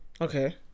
Okay